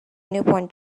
newborn